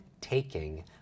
taking